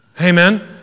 Amen